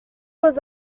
was